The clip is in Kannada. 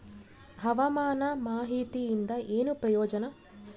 ಹವಾಮಾನ ಮಾಹಿತಿಯಿಂದ ಏನು ಪ್ರಯೋಜನ?